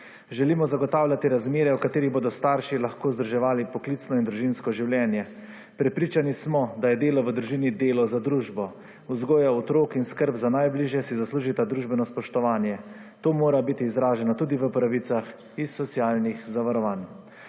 Želimo zagotavljati razmere, v katerih bodo starši lahko združevali poklicno in družinsko življenje. Prepričani smo, da je delo v družini delo za družbo. Vzgoja otrok in skrb za najbližje si zaslužita družbeno spoštovanje. To mora biti izraženo tudi v pravicah iz socialnih zavarovanj.